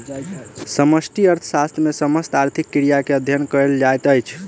समष्टि अर्थशास्त्र मे समस्त आर्थिक क्रिया के अध्ययन कयल जाइत अछि